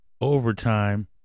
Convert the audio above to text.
overtime